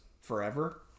forever